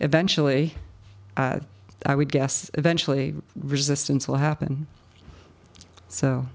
eventually i would guess eventually resistance will happen so